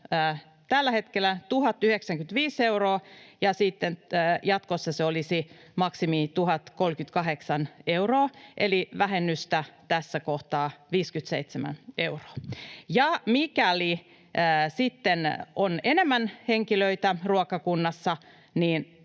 tällä hetkellä 1 095 euroa, ja sitten jatkossa se maksimi olisi 1 038 euroa, eli vähennystä tässä kohtaa 57 euroa. Ja mikäli sitten on enemmän henkilöitä ruokakunnassa,